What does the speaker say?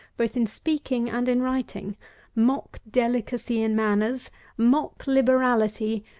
both in speaking and in writing mock-delicacy in manners mock-liberality,